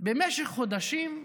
במשך חודשים,